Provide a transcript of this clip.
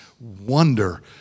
wonder